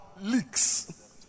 leaks